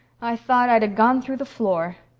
i thought i'd ha' gone through the floor.